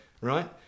right